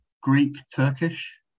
Greek-Turkish